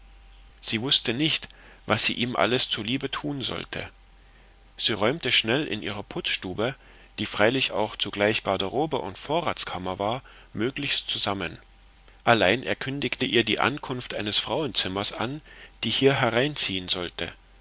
sie wußte nicht was sie ihm alles zuliebe tun sollte sie räumte schnell in ihrer putzstube die freilich auch zugleich garderobe und vorratskammer war möglichst zusammen allein er kündigte ihr die ankunft eines frauenzimmers an die hier hereinziehen sollte